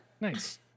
Nice